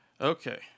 Okay